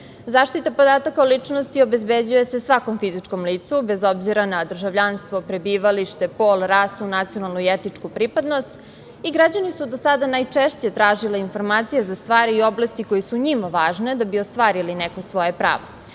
Zaštita podataka o ličnosti obezbeđuje se svakom fizičkom licu, bez obzira na državljanstvo, prebivalište, pol, rasu, nacionalnu i etičku pripadnost i građani su do sada najčešće tražili informacije za stvari i oblasti koje su njima važne da bi ostvarili neko svoje pravo.